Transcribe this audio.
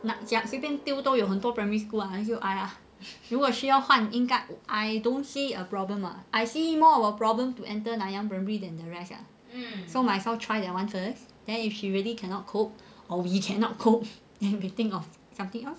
那随便丢都有很多 primary school ah 如果需要换应该 I don't see a problem lah I see more of a problem to enter nanyang primary than the rest so must as well try that one first then if she really cannot cope or we cannot cope then we think of something else lor